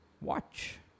watch